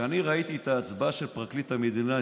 כשאני ראיתי את ההצבעה של פרקליט המדינה,